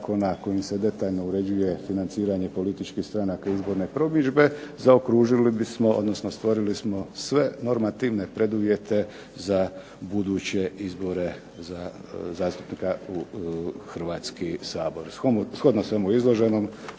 kojim se detaljno uređuje financiranje političkih stranaka izborne promidžbe zaokružili bismo odnosno stvorili smo sve normativne preduvjete za buduće izbore za zastupnika u Hrvatski sabor.